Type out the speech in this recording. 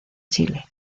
chile